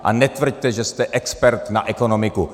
A netvrďte, že jste expert na ekonomiku.